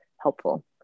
helpful